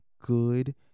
good